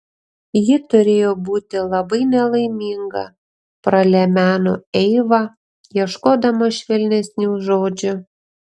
ji turėjo būti labai nelaiminga pralemeno eiva ieškodama švelnesnių žodžių